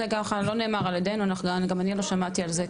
זה גם לא נאמר על ידנו, גם אני לא שמעתי על זה.